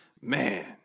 man